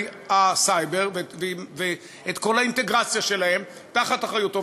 הסייבר ואת כל האינטגרציה שלהם תחת אחריותו,